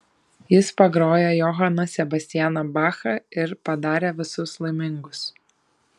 jis pagrojo johaną sebastianą bachą ir padarė visus laimingus